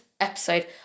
episode